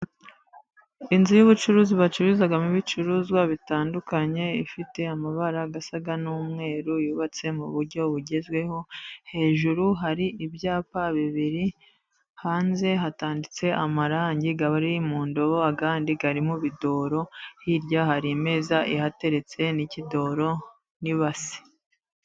Inzu y'ubucuruzi bacururizamo ibicuruzwa bitandukanye, ifite amabara asa n'umweru yubatse mu buryo bugezweho, hejuru hari ibyapa bibiri hanze hatanditse amarangi ari mu ndobo, ayandi ari mu bidoro, hirya hari imeza ihateretse n'ikidoro n'ibasi.